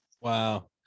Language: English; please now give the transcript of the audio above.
Wow